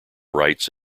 rights